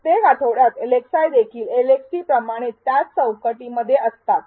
प्रत्येक आठवड्यात एलएक्सआय देखील एलएक्सटी प्रमाणेच त्याच चौकटीमध्ये असतात